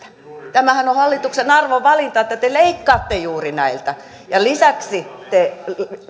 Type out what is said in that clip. tämähän on hallituksen arvovalinta että te leikkaatte juuri näiltä ja lisäksi te